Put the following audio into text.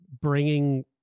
bringing